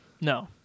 No